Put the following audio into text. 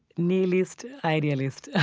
nihilist idealists